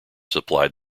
supplied